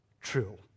true